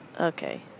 okay